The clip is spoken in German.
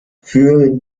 für